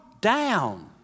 down